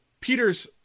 Peter's